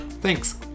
Thanks